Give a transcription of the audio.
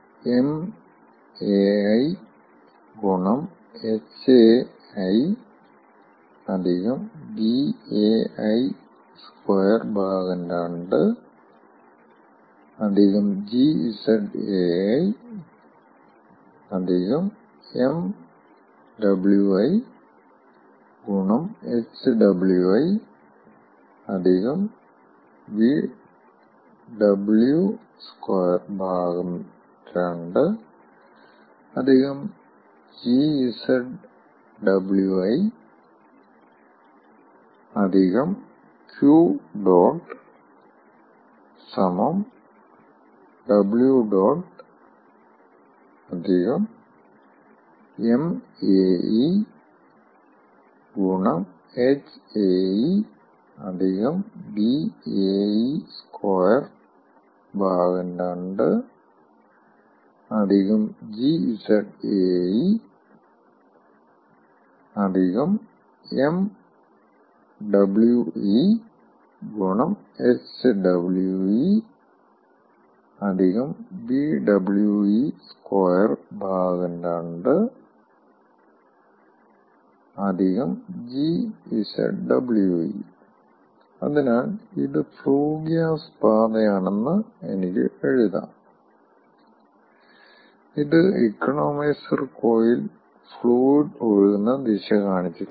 m ̇ai hai Vai22 gZai m ̇wi hwi Vw22 gZwi Q̇ Ẇ m ̇ae hae Vae22 gZae m ̇we hwe Vwe22 gZwe അതിനാൽ ഇത് flue gas പാത ആണെന്ന് എനിക്ക് എഴുതാം ഇത് economiser coil fluid ഒഴുകുന്ന ദിശ കാണിച്ചിട്ടുണ്ട്